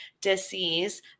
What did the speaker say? disease